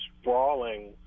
sprawling